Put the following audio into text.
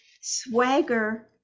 swagger